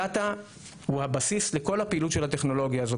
הדאטה הוא הבסיס לכל הפעילות של הטכנולוגיה הזו,